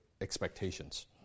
expectations